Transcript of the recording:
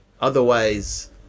otherwise